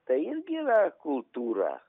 tai irgi yra kultūra